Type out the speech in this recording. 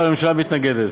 אבל הממשלה מתנגדת.